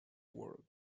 world